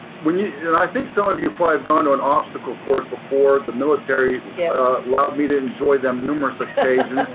when you, and i think some of you probably have gone to an obstacle course before. the military military yeah allowed me to enjoy them numerous occasions.